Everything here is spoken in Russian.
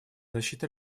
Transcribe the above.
защиты